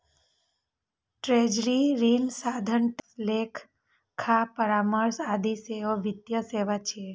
treasury, ऋण साधन, tax, लेखा परामर्श आदि सेहो वित्तीय सेवा छियै